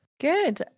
Good